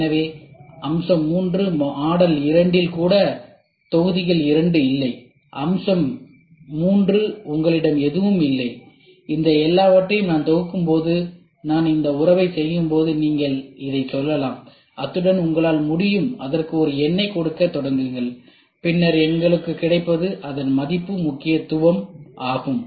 எனவே அம்சம் 3 மாடல் 2 இல் கூட தொகுதிகள் 2 இல்லை அம்சம் 3 உங்களிடம் எதுவும் இல்லை இந்த எல்லாவற்றையும் நான் தொகுக்கும்போது நான் இந்த உறவைச் செய்யும்போது இதைச் சொல்லலாம் அதற்கு ஒரு எண்ணைக் கொடுக்கத் தொடங்குங்கள் பின்னர் எங்களுக்குக் கிடைப்பது அதன் மதிப்பு முக்கியத்துவம் ஆகும்